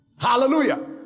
Hallelujah